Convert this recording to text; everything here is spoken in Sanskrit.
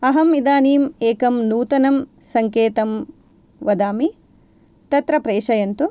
अहम् इदानीम् एकं नूतनं सङ्केतं वदामि तत्र प्रेषयन्तु